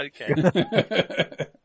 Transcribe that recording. Okay